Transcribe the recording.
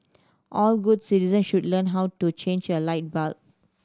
all good citizen should learn how to change a light bulb